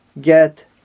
get